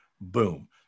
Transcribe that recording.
Boom